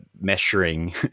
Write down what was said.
measuring